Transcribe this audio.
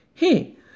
Hey